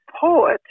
poet